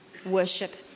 Worship